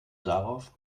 darauf